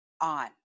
on